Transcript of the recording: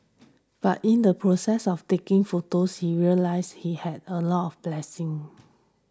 but in the process of taking photos he realised he had a lot blessings